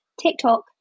TikTok